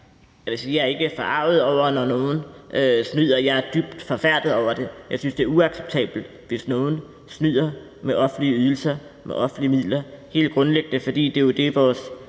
jeg ikke er forarget over det, når nogen snyder. Jeg er dybt forfærdet over det. Jeg synes, det er uacceptabelt, hvis nogen snyder med offentlige ydelser og med offentlige midler, helt grundlæggende fordi det jo er det, vores